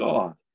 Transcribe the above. God